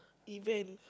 event